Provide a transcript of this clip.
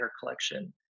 collection